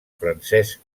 francesc